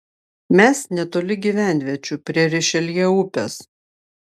mes netoli gyvenviečių prie rišeljė upės